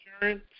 insurance